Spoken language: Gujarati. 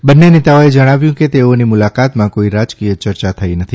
બંને નેતાઓએ જણાવ્યું કે તેઓની મુલાકાતમાં કોઇ રાજકીય યર્યા થઇ નથી